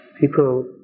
people